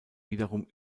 wiederum